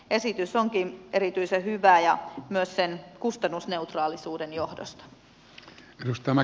esitys onkin erityisen hyvä myös sen kustannusneutraalisuuden johdosta